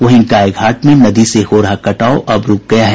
वहीं गायघाट में नदी से हो रहा कटाव अब रूक गया है